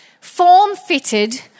form-fitted